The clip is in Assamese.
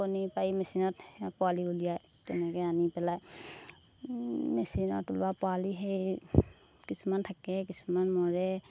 কণী পাৰি মেচিনত পোৱালি উলিয়াই তেনেকৈ আনি পেলাই মেচিনত ওলোৱা পোৱালি সেই কিছুমান থাকে কিছুমান মৰে